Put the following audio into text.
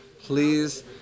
please